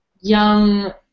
young